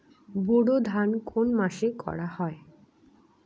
বোরো ধান কোন মাসে করা হয়?